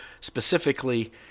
specifically